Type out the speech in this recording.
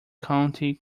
county